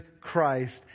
Christ